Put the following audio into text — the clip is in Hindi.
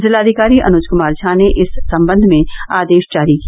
जिलाधिकारी अनुज कुमार ज्ञा ने इस सम्बन्ध में आदेश जारी किया